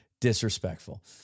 disrespectful